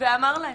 ואמר להן,